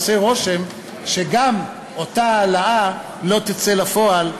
עושה רושם שגם אותה העלאה לא תצא לפועל,